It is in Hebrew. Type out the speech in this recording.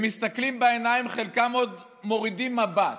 הם מסתכלים בעיניים, חלקם עוד מורידים מבט.